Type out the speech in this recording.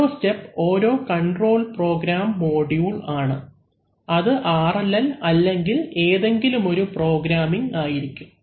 ഓരോ സ്റ്റെപ് ഓരോ control program module ആണ് അത് RLL അല്ലെങ്കിൽ ഏതെങ്കിലുമൊരു പ്രോഗ്രാമിങ് ആയിരിക്കാം